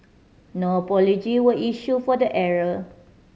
no apology were issue for the error